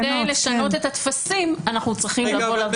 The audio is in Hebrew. אפילו כדי לשנות את הטפסים אנחנו צריכים לבוא לוועדה לשנות את התקנות.